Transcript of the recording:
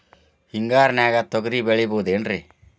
ಹಿಂಗಾರಿನ್ಯಾಗ ತೊಗ್ರಿ ಬೆಳಿಬೊದೇನ್ರೇ?